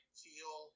feel